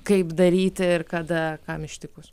kaip daryti ir kada kam ištikus